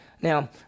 Now